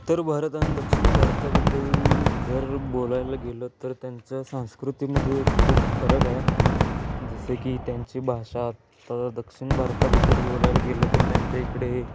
उत्तर भारत आणि दक्षिण भारताबद्दल जर बोलायला गेलं तर त्यांचं संस्कृतीमध्ये खूप फरक आहे जसं की त्यांची भाषा आता दक्षिण भारताबद्दल बोलायला गेलं तर त्यांच्या इकडे